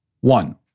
One